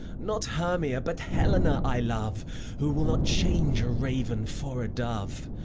not hermia but helena i love who will not change a raven for a dove?